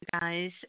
guys